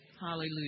Hallelujah